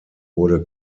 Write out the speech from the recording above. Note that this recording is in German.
wurde